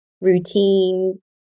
routine